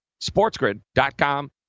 Sportsgrid.com